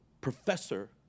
professor